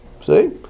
See